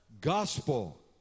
Gospel